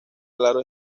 claro